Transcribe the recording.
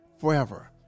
forever